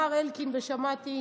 אלקין אמר ושמעתי,